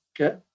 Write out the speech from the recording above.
Okay